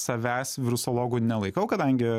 savęs virusologu nelaikau kadangi